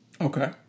okay